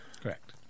Correct